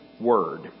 word